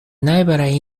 najbaraj